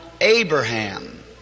Abraham